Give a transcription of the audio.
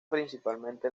principalmente